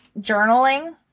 Journaling